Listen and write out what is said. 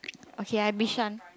okay I Bishan